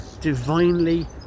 divinely